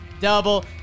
double